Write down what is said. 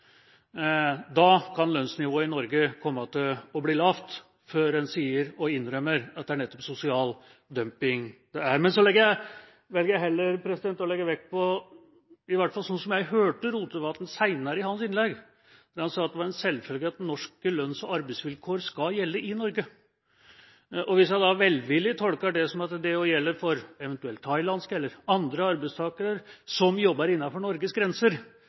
Da kan lønnsnivået i Norge komme til å bli lavt, før en sier og innrømmer at det er nettopp sosial dumping det er. Men så velger jeg heller å legge vekt på det jeg hørte Rotevatn si senere i sitt innlegg, at det var en selvfølge at norske lønns- og arbeidsvilkår skal gjelde i Norge. Hvis jeg velvillig tolker det som at det også gjelder for eventuelt thailandske eller andre arbeidstakere som jobber innenfor Norges grenser,